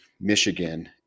Michigan